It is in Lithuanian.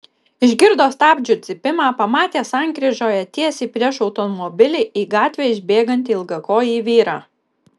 išgirdo stabdžių cypimą pamatė sankryžoje tiesiai prieš automobilį į gatvę išbėgantį ilgakojį vyrą